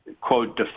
quote